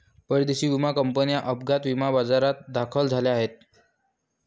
परदेशी विमा कंपन्या अपघात विमा बाजारात दाखल झाल्या आहेत